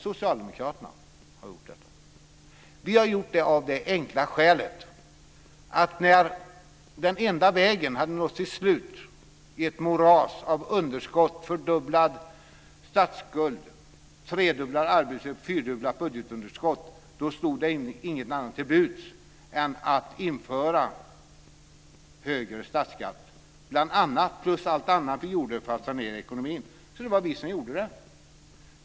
Socialdemokraterna har gjort detta. Vi har gjort det av det enkla skälet att när den enda vägen hade nått sitt slut i ett moras av underskott, fördubblad statsskuld, tredubblad arbetslöshet, fyrdubblat budgetunderskott, stod inget annat till buds än att införa högre statsskatt, plus allt annat vi gjorde för att sanera ekonomin. Det var vi som gjorde det.